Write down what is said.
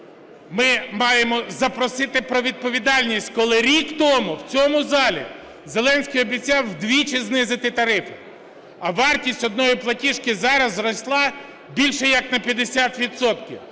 ми маємо запросити про відповідальність, коли рік тому в цьому залі Зеленський обіцяв вдвічі знизити тарифи, а вартість одної платіжки зараз зросла більше як на 50